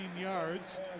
yards